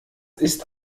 ist